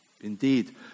Indeed